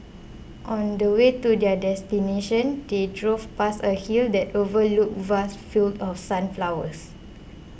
on the way to their destination they drove past a hill that overlooked vast fields of sunflowers